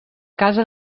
casa